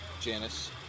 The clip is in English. Janice